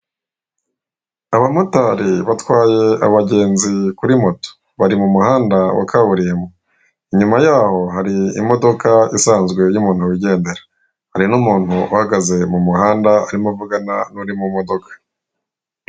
Abamotori batwaye abagenzi kuri moto bari muri kaburimbo, iyuma yabo hari imodoka isazwe y'umuntu yijyendera hari n'umuntu uhagaze mumuhanda urimo vugana nuri mumodoka.